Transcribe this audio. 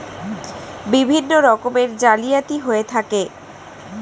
বিভিন্ন রকমের জালিয়াতি হয়ে থাকে